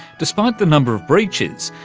despite the number of breaches,